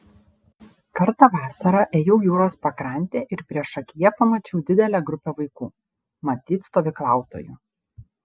kartą vasarą ėjau jūros pakrante ir priešakyje pamačiau didelę grupę vaikų matyt stovyklautojų